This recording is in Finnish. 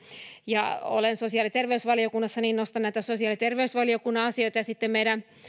ja kun olen sosiaali ja terveysvaliokunnassa niin nostan sosiaali ja terveysvaliokunnan asioita ja sitten meidän